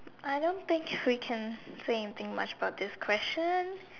I don't think we can say anything much about this question